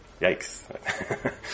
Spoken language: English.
Yikes